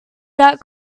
that